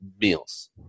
meals